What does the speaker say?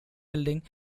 building